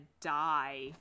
die